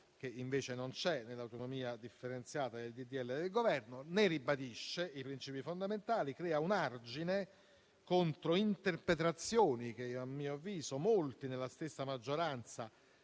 disegno di legge sull'autonomia differenziata del Governo, ne ribadisce i principi fondamentali e crea un argine contro interpretazioni che, a mio avviso, molti nella stessa maggioranza